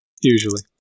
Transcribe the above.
Usually